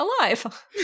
alive